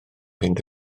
mynd